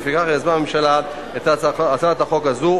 ולפיכך יזמה הממשלה את הצעת חוק זו,